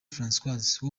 francoise